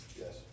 Yes